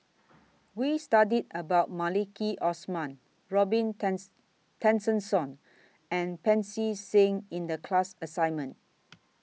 We studied about Maliki Osman Robin Tessensohn and Pancy Seng in The class assignment